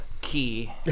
Key